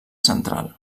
central